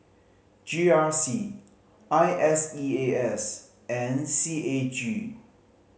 G R C I S E A S and C A G